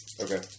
Okay